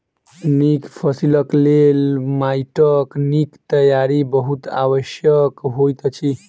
नीक फसिलक लेल माइटक नीक तैयारी बहुत आवश्यक होइत अछि